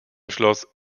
schloss